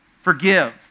Forgive